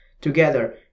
Together